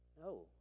no